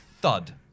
Thud